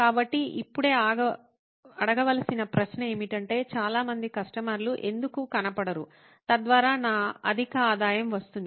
కాబట్టి ఇప్పుడే అడగవలసిన ప్రశ్న ఏమిటంటే చాలా మంది కస్టమర్లు ఎందుకు కనపడరు తద్వారా నా అధిక ఆదాయం వస్తుంది